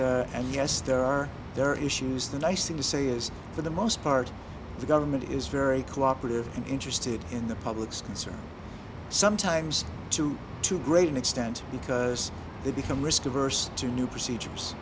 right and yes there are there are issues the nice thing to say is for the most part the government is very cooperative and interested in the public's concern sometimes to too great an extent because they become risk averse to new procedures